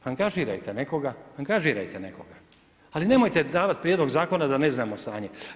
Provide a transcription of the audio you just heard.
Angažirajte nekoga, angažirajte nekoga, ali nemojte davati prijedlog zakona da ne znamo stanje.